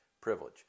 privilege